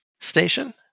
station